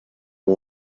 new